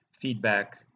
feedback